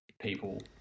people